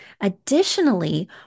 Additionally